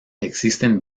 existen